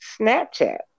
Snapchat